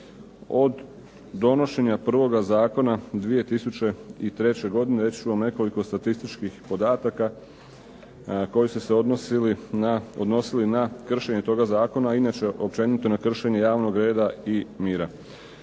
Od donošenja prvoga Zakona 2003. godine reći ću vam nekoliko statističkih podataka koji su se odnosili na kršenje toga zakona, a inače općenito na kršenje javnog reda i mira.